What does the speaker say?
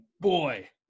boy